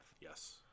Yes